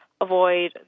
Avoid